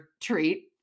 treat